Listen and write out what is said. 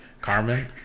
Carmen